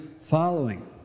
following